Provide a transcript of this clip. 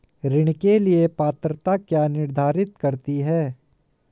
ऋण के लिए पात्रता क्या निर्धारित करती है?